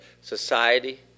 society